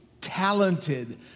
talented